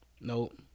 Nope